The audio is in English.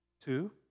two